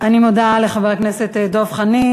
אני מודה לחבר הכנסת דב חנין.